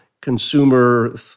consumer